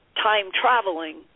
time-traveling